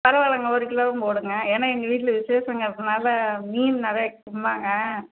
பரவாயில்லங்க ஒரு கிலோவும் போடுங்க ஏன்னால் எங்கள் வீட்டில் விசேஷங்கிறதுனால மீன் நிறையா திண்பாங்க